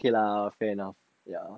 okay lah fair enough ya